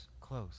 close